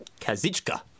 Kazichka